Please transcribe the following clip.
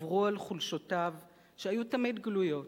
גברו על חולשותיו שהיו תמיד גלויות,